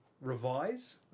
revise